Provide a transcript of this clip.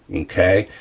okay.